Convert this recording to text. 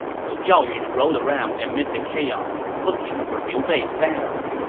so zhao yun rode around amid the chaos looking for liu bei's family.